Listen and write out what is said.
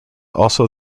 also